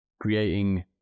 creating